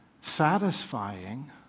Satisfying